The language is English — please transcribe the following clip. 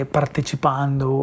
partecipando